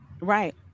Right